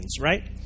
right